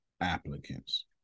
applicants